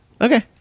Okay